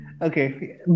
okay